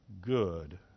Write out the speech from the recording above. good